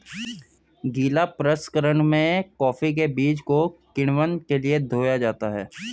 गीला प्रसंकरण में कॉफी के बीज को किण्वन के लिए धोया जाता है